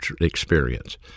experience